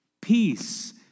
Peace